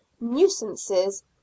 nuisances